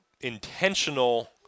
intentional